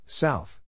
South